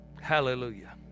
hallelujah